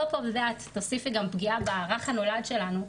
תוסיפי גם פגיעה ברך הנולד שלנו.